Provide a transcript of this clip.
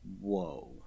whoa